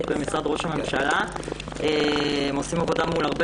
במשרד ראש הממשלה לפיתוח כלכלי-חברתי של החברה החרדית.